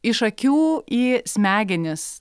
iš akių į smegenis